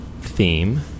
theme